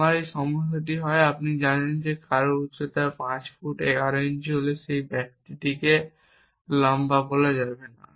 আমার এই সমস্যাটি হয় যে আপনি জানেন যে কারোর উচ্চতা 5 ফুট 11 ইঞ্চি হলে সেই ব্যক্তিটি লম্বা হবে না